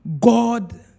God